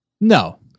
No